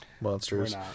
Monsters